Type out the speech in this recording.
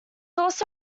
also